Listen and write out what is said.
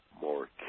more